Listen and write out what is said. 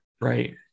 Right